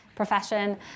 profession